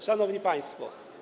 Szanowni Państwo!